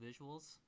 visuals